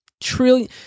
trillion